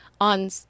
on